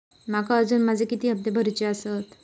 माका अजून माझे किती हप्ते भरूचे आसत?